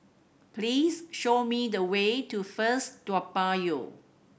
please show me the way to First Toa Payoh